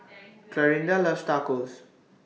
Clarinda loves Tacos